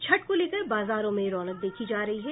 छठ को लेकर बाजारों में रौनक देखी जा रही है